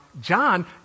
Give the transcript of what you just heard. John